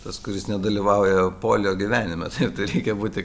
tas kuris nedalyvauja polio gyvenime taip tai reikia būti